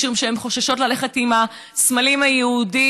משום שהן חוששות ללכת עם הסמלים היהודיים.